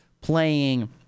playing